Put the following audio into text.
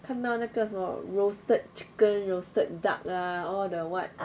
看到那个什么 roasted chicken roasted duck lah all the what